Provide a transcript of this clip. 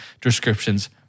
descriptions